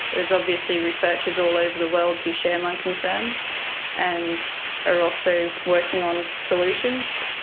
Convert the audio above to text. there's obviously researchers all over the world who share my concerns and are also working on solutions,